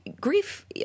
grief